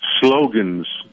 slogans